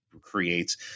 creates